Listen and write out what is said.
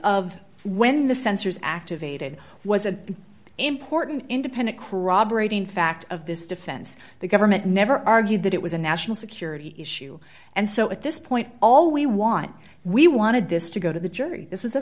of when the sensor is activated was an important independent corroborating fact of this defense the government never argued that it was a national security issue and so at this point all we want we wanted this to go to the jury this was a